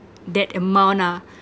that amount ah